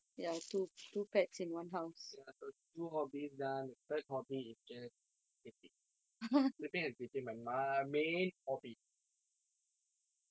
ya so two hobbies done the third hobby is just sleeping sleeping has became my ma~ my main